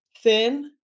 thin